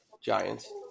Giants